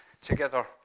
together